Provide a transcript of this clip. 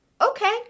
okay